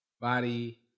body